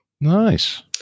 nice